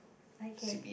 okay